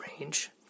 range